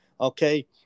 okay